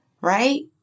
right